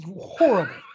Horrible